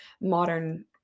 modern